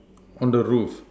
hollowed roof